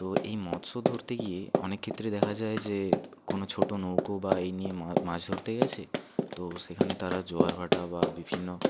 তো এই মৎস্য ধরতে গিয়ে অনেক ক্ষেত্রে দেখা যায় যে কোনো ছোটো নৌকো বা এই নিয়ে মাছ ধরতে গেছে তো সেখানে তারা জোয়ার ভাঁটা বা বিভিন্ন